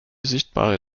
sichtbare